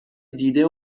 دیده